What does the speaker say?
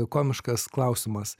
komiškas klausimas